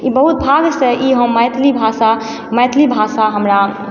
ई बहुत भागसँ ई हम मैथिली भाषा मैथिली भाषा हमरा